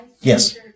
Yes